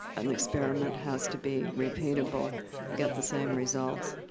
an experiment has to be repeatable and get the same results.